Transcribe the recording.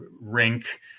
rink